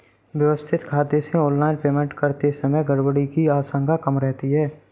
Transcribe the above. व्यवस्थित खाते से ऑनलाइन पेमेंट करते समय गड़बड़ी की आशंका कम रहती है